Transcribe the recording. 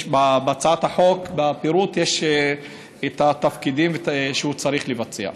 יש בפירוט הצעת החוק את התפקידים שהוא צריך לבצע.